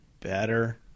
better